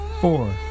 four